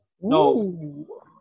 No